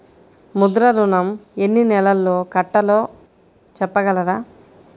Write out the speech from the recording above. ముద్ర ఋణం ఎన్ని నెలల్లో కట్టలో చెప్పగలరా?